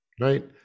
right